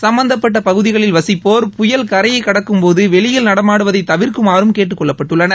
சும்பந்தப்பட்ட பகுதிகளில் வசிப்போர் புயல் கரையை கடைக்கும்போது வெளியில் நடமாடுவதை தவிர்க்குமாறும் கேட்டுக் கொள்ளப்பட்டுள்ளனர்